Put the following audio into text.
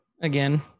again